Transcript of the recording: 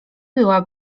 była